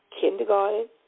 kindergarten